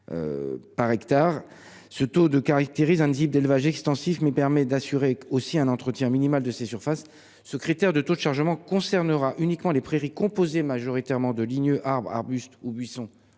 hectare caractérise un type d'élevage extensif et permet aussi d'assurer un entretien minimal de ces surfaces. Ce critère de taux concernera uniquement les prairies composées majoritairement de ligneux, arbres, arbustes ou buissons